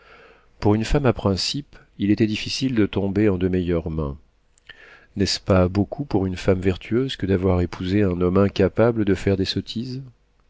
pour une femme à principes il était difficile de tomber en de meilleures mains n'est-ce pas beaucoup pour une femme vertueuse que d'avoir épousé un homme incapable de faire des sottises